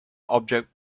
object